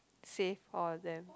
save all of them